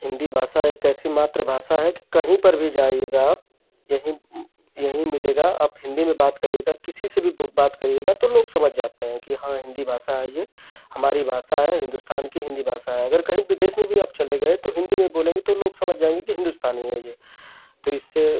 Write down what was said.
हिन्दी भाषा एक ऐसी मातृभाषा है कि कहीं पर भी जाइएगा आप यही यही मिलेगा आप हिन्दी में बात करिएगा किसी से भी बात करिएगा तो लोग समझ जाते हैं कि हाँ हिन्दी भाषा है यह हमारी भाषा है हिन्दुस्तान की हिन्दी भाषा है अगर कहीं विदेश में भी आप चले गए तो हिन्दी में बोलेंगे तो लोग समझ जाएँगे कि हिन्दुस्तानी है यह तो इससे